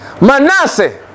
Manasseh